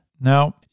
Now